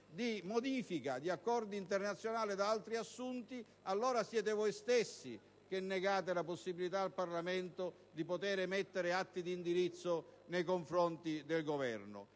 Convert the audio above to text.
di modifica di accordi internazionali da altri assunti, allora siete voi stessi che negate al Parlamento di poter adottare atti di indirizzo nei confronti del Governo.